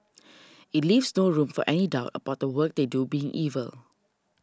it leaves no room for any doubt about the work they do being evil